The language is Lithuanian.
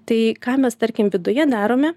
tai ką mes tarkim viduje darome